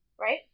right